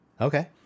Okay